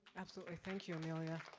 absolutely, thank you, amelia.